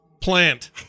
plant